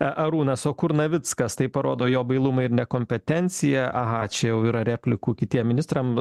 a arūnas o kur navickas tai parodo jo bailumą ir nekompetenciją aha čia jau yra replikų kitiem ministram